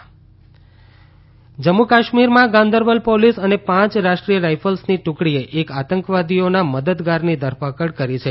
જમ્મુ કાશમીર ધરપકડ જમ્મુ કાશ્મીરમાં ગાંદરબલ પોલીસ અને પાંચ રાષ્ટ્રીય રાઇફલ્સની ટુકડીએ એક આતંકવાદીઓના મદદગારની ધરપકડ કરી છે